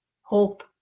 hope